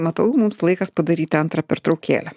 matau mums laikas padaryti antrą pertraukėlę